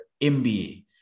mba